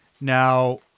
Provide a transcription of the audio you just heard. Now